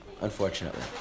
unfortunately